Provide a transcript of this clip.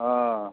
हँ